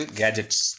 gadgets